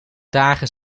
dagen